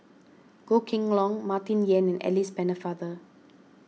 Goh Kheng Long Martin Yan and Alice Pennefather